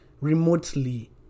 remotely